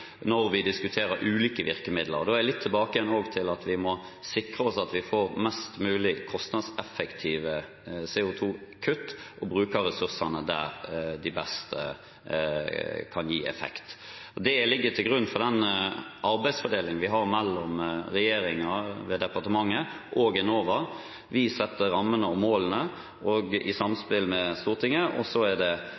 at vi må sikre oss at vi får mest mulig kostnadseffektive CO 2 -kutt og bruker ressursene der de best kan gi effekt. Det ligger til grunn for den arbeidsfordelingen vi har mellom regjeringen, ved departementet, og Enova. Vi setter rammene og målene, i samspill med Stortinget, og